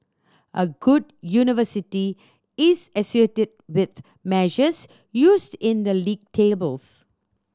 a good university is associated with measures used in the league tables